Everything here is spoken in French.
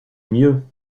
mieux